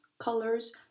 colors